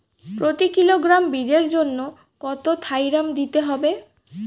প্রতি কিলোগ্রাম বীজের জন্য কত থাইরাম দিতে হবে?